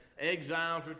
exiles